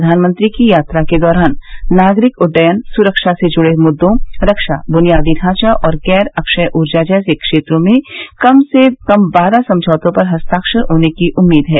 प्रधानमंत्री की यात्रा के दौरान नागरिक उड्डयन सुरक्षा से जुड़े मुद्दों रक्षा बुनियादी ढांचा और गैर अक्षय ऊर्जा जैसे क्षेत्रों में कम से बारह समझौतों पर हस्ताक्षर होने की उम्मीद है